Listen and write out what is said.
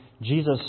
Jesus